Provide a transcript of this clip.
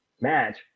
match